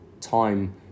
time